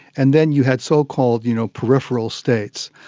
and then you had so-called you know peripheral states.